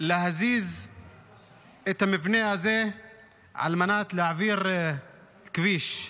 להזיז את המבנה הזה על מנת להעביר כביש,